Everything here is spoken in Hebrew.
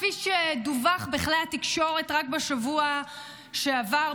כפי שדווח בכלי התקשורת רק בשבוע שעבר,